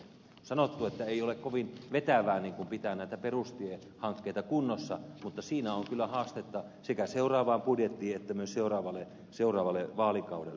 on sanottu että ei ole kovin vetävää pitää näitä perustiehankkeita kunnossa mutta siinä on kyllä haastetta sekä seuraavaan budjettiin että myös seuraavalle vaalikaudelle